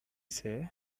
say